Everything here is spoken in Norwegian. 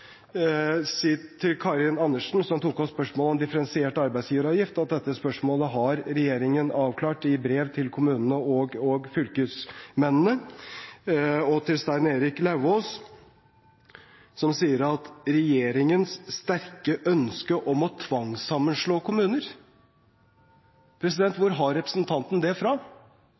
til slutt si til Karin Andersen, som tok opp spørsmålet om differensiert arbeidsgiveravgift, at dette spørsmålet har regjeringen avklart i brev til kommunene og fylkesmennene. Og til Stein Erik Lauvås, som snakker om regjeringens sterke ønske om å tvangssammenslå kommuner: Hvor har representanten det fra?